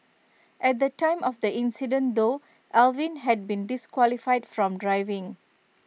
at the time of the incident though Alvin had been disqualified from driving